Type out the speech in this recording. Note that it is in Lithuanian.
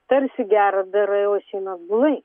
tarsi gera darai o išeina atbulai